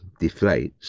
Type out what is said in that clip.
deflates